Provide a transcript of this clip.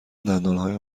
دندانهایم